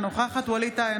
אינה נוכחת ווליד טאהא,